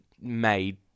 made